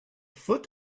foot